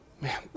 man